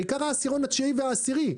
בעיקר העשירון התשיעי והעשירי.